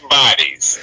bodies